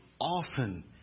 often